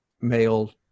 male